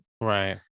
right